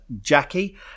Jackie